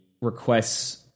requests